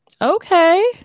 Okay